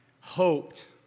hoped